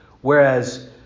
Whereas